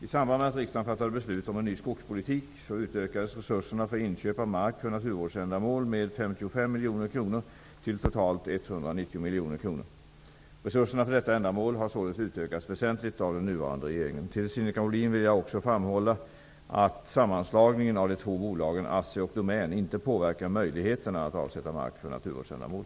1992/93:352) utökades resurserna för inköp av mark för naturvårdsändamål med 55 miljoner kronor till totalt 190 miljoner kronor. Resurserna för detta ändamål har således utökats väsentligt av den nuvarande regeringen. För Sinikka Bohlin vill jag också framhålla att sammanslagningen av de två bolagen ASSI och Domän inte påverkar möjligheterna att avsätta mark för naturvårdsändamål.